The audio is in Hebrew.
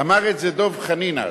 אמר את זה דב חנין אז,